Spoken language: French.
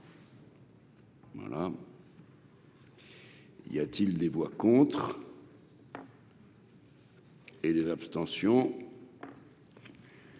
Voilà. Y a-t-il des voix contre. Et les abstentions.